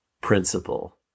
principle